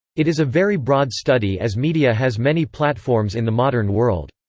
it is a very broad study as media has many platforms in the modern world.